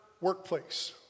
workplace